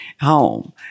home